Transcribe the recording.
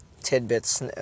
tidbits